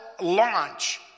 launch